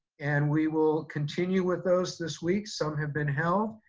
and we will continue with those this week. some have been held.